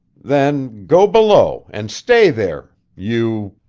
then go below, and stay there. you.